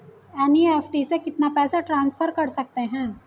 NEFT से कितना पैसा ट्रांसफर कर सकते हैं?